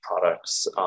products